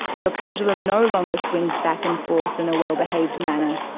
your pendulum no longer swings back and forth in a well-behaved manner.